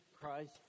Christ